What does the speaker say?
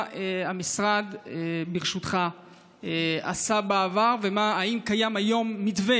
מה המשרד עשה בעבר ואם קיים היום מתווה,